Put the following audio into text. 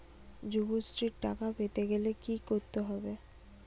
যুবশ্রীর টাকা পেতে গেলে কি করতে হবে?